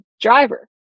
driver